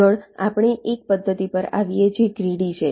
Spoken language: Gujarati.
આગળ આપણે એક પદ્ધતિ પર આવીએ છીએ જે ગ્રીડી છે